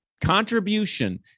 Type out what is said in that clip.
Contribution